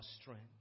strength